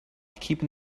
keeping